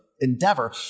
endeavor